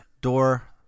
door